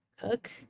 cook